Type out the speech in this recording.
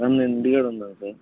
sir నేను ఇంటికాడున్నాను sir